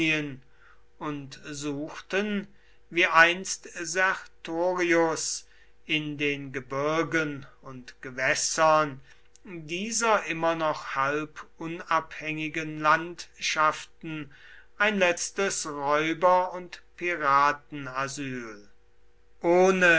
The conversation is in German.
und suchten wie einst sertorius in den gebirgen und gewässern dieser immer noch halb unabhängigen landschaften ein letztes räuber und piratenasyl ohne